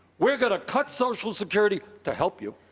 we're going to cut social security to help you.